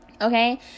okay